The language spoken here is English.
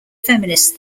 feminist